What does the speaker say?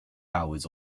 hours